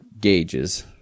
gauges